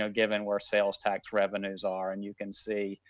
you know given where sales tax revenues are. and you can see,